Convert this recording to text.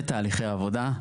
ותהליכי העבודה.